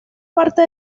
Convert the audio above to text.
parte